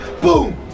Boom